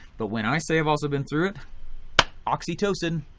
but when i say i've also been through it oxytocin,